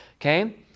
Okay